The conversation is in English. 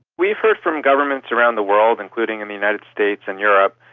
we've heard from governments around the world, including and the united states and europe,